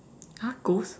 !huh! ghost